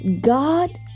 God